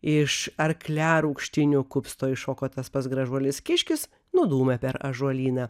iš arkliarūgštynių kupsto iššoko tas pats gražuolis kiškis nudūmė per ąžuolyną